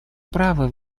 право